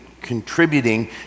contributing